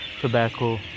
tobacco